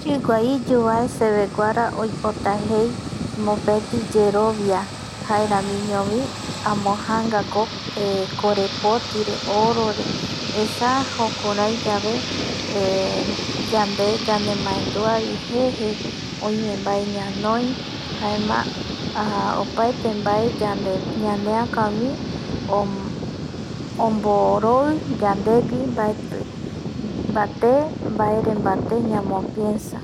Yigua iyu bae sebe guara oipota jei mopeti yerobia jaeramiño bi amo janga ko corepoti re ,oro re esa jukurai yave eh yande yanumaendua bi jeje oime bae ñanoi jaema aja opaete bae ñaneaka wi omboroi yandewi baetibate baere yamo piensa